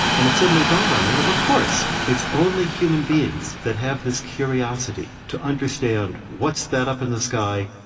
and it suddenly dawned on me, well, of course. it's only human beings that have this curiosity to understand what's that up in the sky?